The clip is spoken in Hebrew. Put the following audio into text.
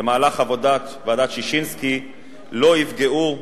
במהלך עבודת ועדת-ששינסקי לא יפגעו,